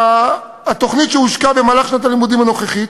התוכנית שהושקה במהלך שנת הלימודים הנוכחית